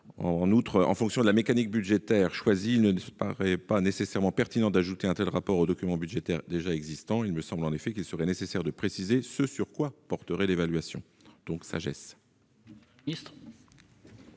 En outre, en fonction de la mécanique budgétaire choisie, il ne semble pas nécessairement pertinent d'ajouter un tel rapport aux documents budgétaires existants. Enfin, il paraît nécessaire de préciser ce sur quoi porterait l'évaluation. Quel est